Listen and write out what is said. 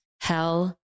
Hell